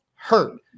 Hurt